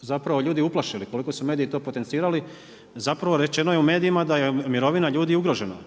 zapravo ljudi uplaćuju, koliko su mediji to plasirali, zapravo rečeno je u medijima da je mirovina ljudi ugrožena